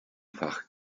fach